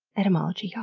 etymology, yeah